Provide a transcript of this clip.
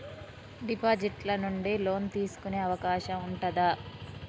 Deposit ల నుండి loan తీసుకునే అవకాశం ఉంటదా?